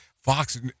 Fox